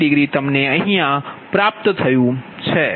85 degree છે